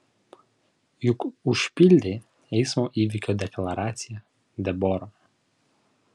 juk užpildei eismo įvykio deklaraciją debora